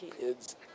kids